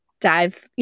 dive